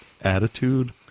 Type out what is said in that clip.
attitude